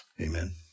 amen